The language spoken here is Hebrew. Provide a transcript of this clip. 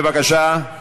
בבקשה.